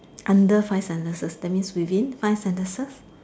under five sentences that means within five sentences